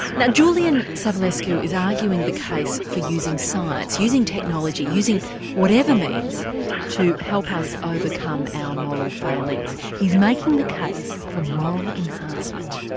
now julian savulescu is arguing the case for using science, using technology, using whatever means to help us overcome our moral failings. he's making the case for moral enhancement.